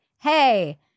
hey